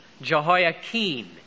Jehoiakim